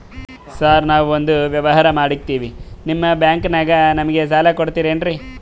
Sir ನಾವು ಒಂದು ವ್ಯವಹಾರ ಮಾಡಕ್ತಿವಿ ನಿಮ್ಮ ಬ್ಯಾಂಕನಾಗ ನಮಿಗೆ ಸಾಲ ಕೊಡ್ತಿರೇನ್ರಿ?